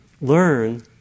learn